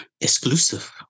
exclusive